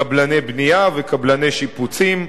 קבלני בנייה וקבלני שיפוצים,